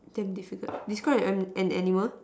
damn difficult describe am an animal